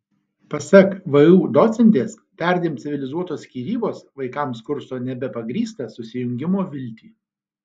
pasak vu docentės perdėm civilizuotos skyrybos vaikams kursto nebepagrįstą susijungimo viltį